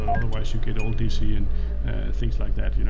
otherwise you get all dc and things like that. you know